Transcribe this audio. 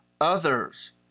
others